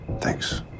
Thanks